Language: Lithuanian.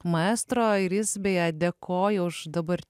maestro ir jis beje dėkoja už dabar